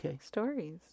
stories